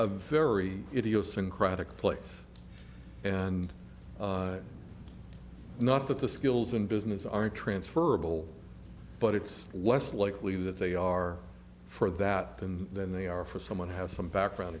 a very idiosyncratic place and not that the skills in business are transferable but it's less likely that they are for that and then they are for someone who has some background